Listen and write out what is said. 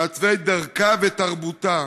ממעצבי דרכה ותרבותה